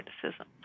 criticism